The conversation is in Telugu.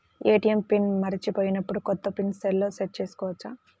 ఏ.టీ.ఎం పిన్ మరచిపోయినప్పుడు, కొత్త పిన్ సెల్లో సెట్ చేసుకోవచ్చా?